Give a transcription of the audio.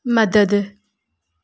मदद